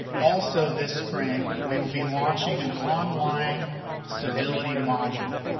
also this spring, we will be launching an online civility module,